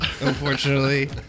unfortunately